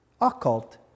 occult